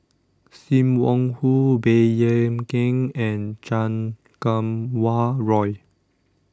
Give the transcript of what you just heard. SIM Wong Hoo Baey Yam Keng and Chan Kum Wah Roy